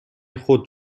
خود